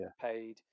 paid